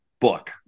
book